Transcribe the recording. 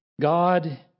God